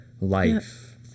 life